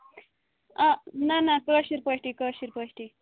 آ نہ نہ کٲشِر پٲٹھی کٲشِر پٲٹھی